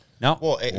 no